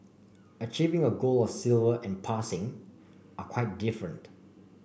achieving a gold or silver and passing are quite different